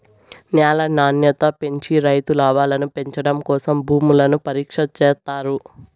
న్యాల నాణ్యత పెంచి రైతు లాభాలను పెంచడం కోసం భూములను పరీక్ష చేత్తారు